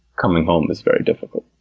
coming home is very difficult.